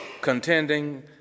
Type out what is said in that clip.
contending